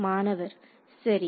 மாணவர்சரி